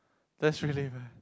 that's really bad